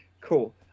Cool